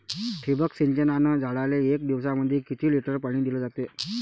ठिबक सिंचनानं झाडाले एक दिवसामंदी किती लिटर पाणी दिलं जातं?